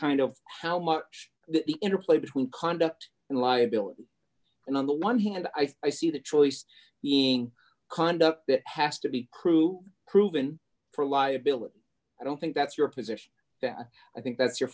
kind of how much the interplay between conduct and liability and on the one hand i see the choice being conduct that has to be crew proven for liability i don't think that's your position that i think that's your